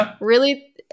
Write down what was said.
really-